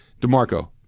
DeMarco